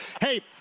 Hey